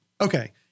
Okay